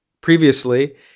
previously